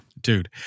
dude